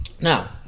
Now